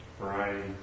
variety